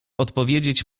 odpowiedzieć